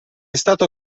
stato